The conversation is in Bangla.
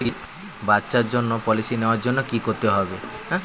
বাচ্চার জন্য পলিসি নেওয়ার জন্য কি করতে হবে?